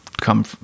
Come